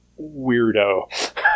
weirdo